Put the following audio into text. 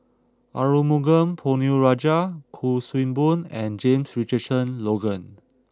Arumugam Ponnu Rajah Kuik Swee Boon and James Richardson Logan